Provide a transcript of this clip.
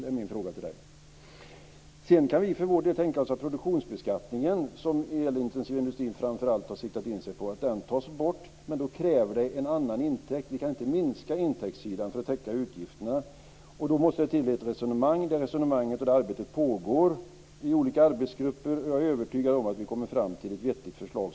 Det är min fråga till Stefan Vi för vår del kan tänka oss att produktionsbeskattningen, som den elintensiva industrin framför allt har siktat in sig på, tas bort, men då krävs det en annan intäkt. Vi kan inte minska intäktssidan för att täcka utgifterna. Då måste det till ett resonemang, och det arbetet pågår i olika arbetsgrupper. Jag är övertygad om att vi så småningom kommer fram till ett vettigt förslag.